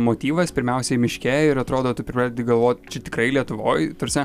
motyvas pirmiausiai miške ir atrodo tu pradedi galvot čia tikrai lietuvoj ta prasme